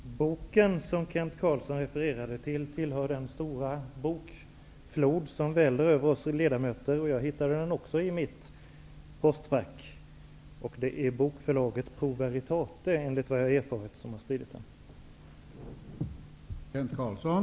Herr talman! Den bok som Kent Carlsson refererade finns med i den stora bokflod som väller över oss ledamöter. Jag har också hittat boken i mitt postfack. Det är bokförlaget Pro Veritate, enligt vad jag erfarit, som har spritt den.